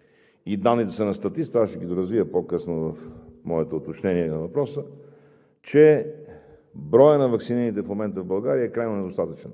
– данните са на статистиката и аз ще ги доразвия по-късно в моето уточнение на въпроса, че броят на ваксинираните в момента в България е крайно недостатъчен.